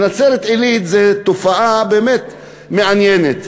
נצרת-עילית היא תופעה באמת מעניינת.